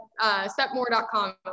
setmore.com